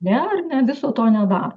ne ar ne viso to nedaro